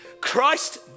Christ